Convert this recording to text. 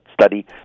study